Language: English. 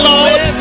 Lord